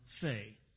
say